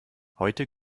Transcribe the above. heute